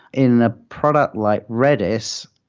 in a product like redis,